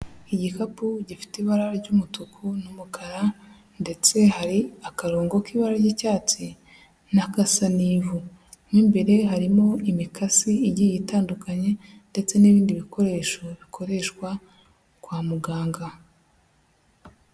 Igikapu gifite ibara ry'umutuku n'umukara ndetse hari akarongo k'ibara ry'icyatsi n'agasa n'ivu. Mo imbere harimo imikasi igiye itandukanye ndetse n'ibindi bikoresho bikoreshwa kwa muganga.